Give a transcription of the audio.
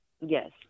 Yes